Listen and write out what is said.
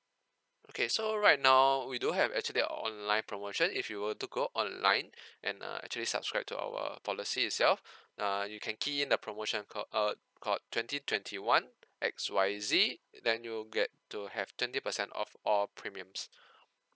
okay so right now we do have actually an online promotion if you were to go online and err actually subscribe to our policy itself err you can key in the promotion called uh called twenty twenty one X Y Z then you'll get to have twenty percent off all premiums